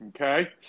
Okay